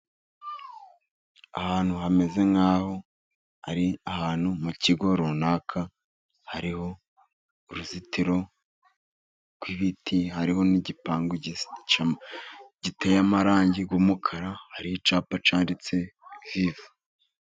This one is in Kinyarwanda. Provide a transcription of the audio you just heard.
Ahantu hameze nk'aho ari ahantu mu kigo runaka hariho uruzitiro rw'ibiti, hariho n'igipangu giteye amarangi y'umukara, hari icyapa cyanditseho vive.